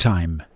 Time